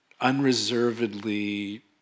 unreservedly